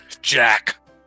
Jack